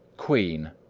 queen,